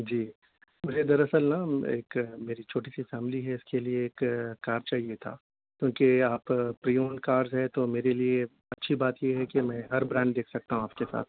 جی مجھے در اصل نا ایک میری چھوٹی سی فیملی ہے اس کے لیے ایک کار چاہیے تھا کیونکہ آپ پریون کار ہے تو میرے لیے اچھی بات یہ ہے کہ میں ہر برانڈ دیکھ سکتا ہوں آپ کے ساتھ